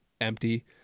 empty